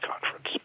Conference